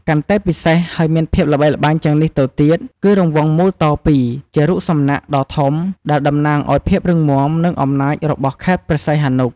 កាន់តែពិសេសហើយមានភាពល្បីល្បាញជាងនេះទៅទៀត គឺរង្វង់មូលតោពីរ ជារូបសំណាកដ៏ធំ ដែលតំណាងឱ្យភាពរឹងមាំ និងអំណាចរបស់ខេត្តព្រះសីហនុ។